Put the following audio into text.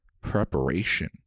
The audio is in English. preparation